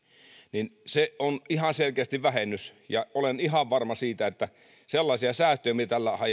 on ihan selkeästi vähennys ja olen ihan varma siitä että sellaisia säästöjä